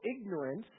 ignorance